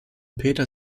peter